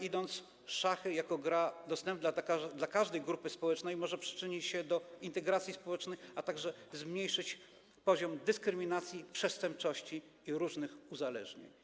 Idąc dalej: szachy jako gra dostępna dla każdej grupy społecznej mogą przyczynić się do integracji społecznej, a także zmniejszyć poziom dyskryminacji, przestępczości i różnych uzależnień.